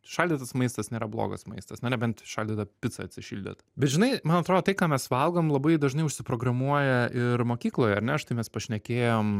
šaldytas maistas nėra blogas maistas na nebent šaldytą picą atsišildyt bet žinai man atrodo tai ką mes valgom labai dažnai užsiprogramuoja ir mokykloj ar ne štai mes pašnekėjom